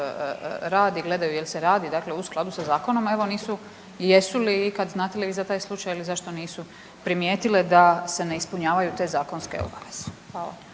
rad i gledaju jel se radi u skladu sa zakonom jesu li ikada i znate li za taj slučaj ili zašto nisu primijetile da se ne ispunjavaju te zakonske obaveze? Hvala.